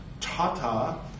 tata